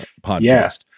podcast